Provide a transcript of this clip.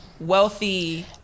wealthy